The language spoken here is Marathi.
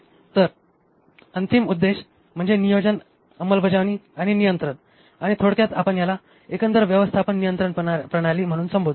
तर अंतिम उद्देश म्हणजे नियोजन अंमलबजावणी आणि नियंत्रण आणि थोडक्यात आपण याला एकंदर व्यवस्थापन नियंत्रण प्रणाली म्हणून संबोधू